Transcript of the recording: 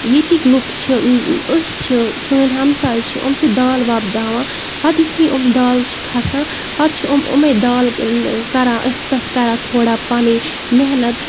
ییٚتِکۍ لُکھ چھِ أسۍ چھِ سٲنۍ ہَمساے چھِ یِم چھِ دالہٕ وۄپداوان پَتہٕ یِتھُے یِم دالہٕ چھِ کھسان پَتہٕ چھِ یِم یِمے دالہٕ کَران أتھۍ پٮ۪ٹھ کَران تھوڑا پَنٕنۍ محنت